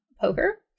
poker